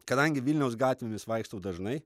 kadangi vilniaus gatvėmis vaikštau dažnai